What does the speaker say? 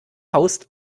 haust